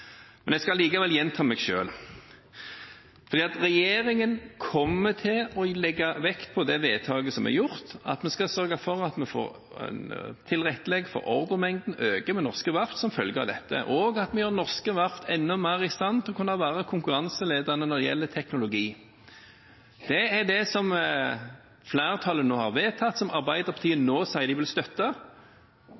Men jeg skal likevel gjenta meg selv. Regjeringen kommer til å legge vekt på det vedtaket som er gjort, at vi skal sørge for at vi tilrettelegger for at ordremengden øker ved norske verft som følge av dette, og at vi gjør norske verft enda mer i stand til å kunne være konkurranseledende når det gjelder teknologi. Det er det som flertallet nå har vedtatt, som Arbeiderpartiet